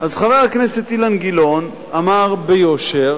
אז חבר הכנסת אילן גילאון אמר ביושר